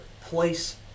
place